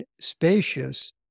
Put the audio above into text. spacious